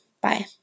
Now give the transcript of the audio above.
Bye